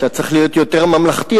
אתה צריך להיות יותר ממלכתי,